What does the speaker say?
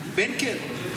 בנקל.